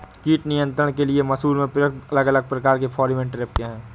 कीट नियंत्रण के लिए मसूर में प्रयुक्त अलग अलग प्रकार के फेरोमोन ट्रैप क्या है?